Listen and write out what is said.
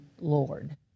Lord